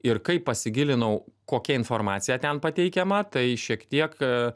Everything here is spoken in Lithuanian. ir kai pasigilinau kokia informacija ten pateikiama tai šiek tiek